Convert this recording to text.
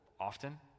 often